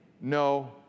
no